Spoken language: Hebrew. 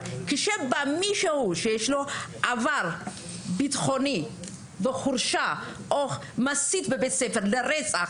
אבל כשבא מישהו שיש לו עבר ביטחוני והורשע או מסית בבית ספר לרצח,